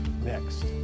next